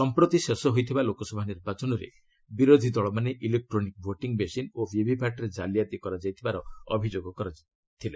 ସମ୍ପ୍ରତି ଶେଷ ହୋଇଥିବା ଲୋକସଭା ନିର୍ବାଚନରେ ବିରୋଧୀ ଦଳମାନେ ଇଲେକ୍ଟ୍ରୋନିକ୍ ଭୋଟିଂ ମେସିନ ଓ ଭିଭିପାଟ୍ରେ ଜାଲିଆତି କରାଯାଉଥିବାର ଅଭିଯୋଗ କରିଛନ୍ତି